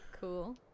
cool